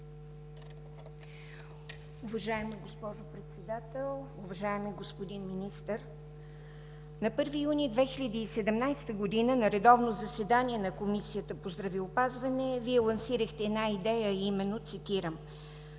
Уважаема госпожо Председател, уважаеми господин Министър! На 1 юни 2017 г. на редовно заседание на Комисията по здравеопазване, Вие лансирахте една идея, а именно, цитирам: